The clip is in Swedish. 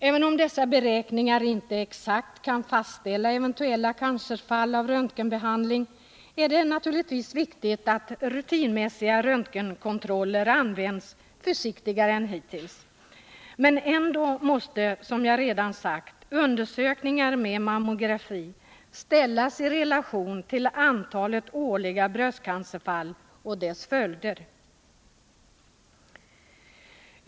Även om beräkningarna inte exakt kan fastställa eventuella cancerfall av röntgenbehandling, är det viktigt att rutinmässiga röntgenkontroller används försiktigare än hittills. Men ändå måste, som jag redan sagt, undersökningar med mammografi ställas i relation till det årliga antalet brösteancerfall och deras följder.